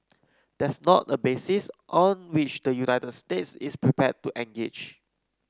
that's not a basis on which the United States is prepared to engage